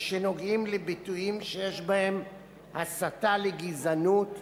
ושנוגעים בביטויים שיש בהם הסתה לגזענות,